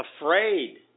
afraid